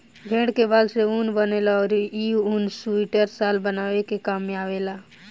भेड़ के बाल से ऊन बनेला अउरी इ ऊन सुइटर, शाल बनावे के काम में आवेला